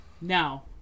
Now